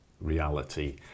reality